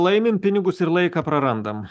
laimim pinigus ir laiką prarandam